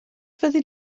fyddi